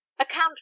Account